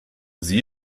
sie